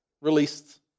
released